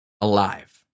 alive